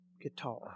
guitar